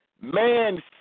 man